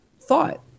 thought